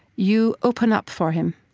you open up for him.